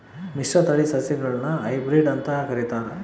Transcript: ಮಿಶ್ರತಳಿ ಸಸಿಗುಳ್ನ ಹೈಬ್ರಿಡ್ ಅಂತ ಕರಿತಾರ